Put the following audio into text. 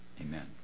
amen